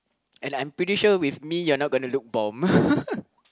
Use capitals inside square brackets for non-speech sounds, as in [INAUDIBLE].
and I'm pretty sure with me you're not gonna look bomb [LAUGHS]